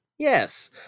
Yes